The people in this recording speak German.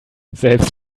selbst